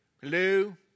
Hello